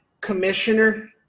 commissioner